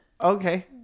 Okay